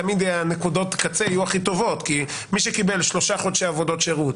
תמיד נקודות הקצר יהיו הכי טובות כי מי שקיבל שלושה חודשי עבודות שירות